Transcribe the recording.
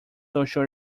social